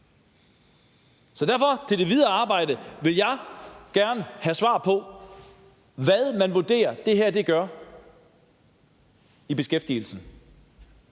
i forhold til det videre arbejde gerne have svar på, hvad man vurderer det her gør med hensyn til beskæftigelsen.